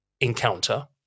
encounter